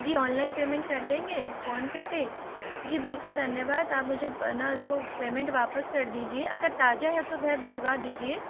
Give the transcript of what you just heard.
जी online payment कर देंगे PhonePe पर जी बिल्कुल धन्यवाद आप मुझे ब न इसको पेमेंट वापस कर दीजिए अगर ताज़ा है तो वह भिजवा दीजिये